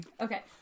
Okay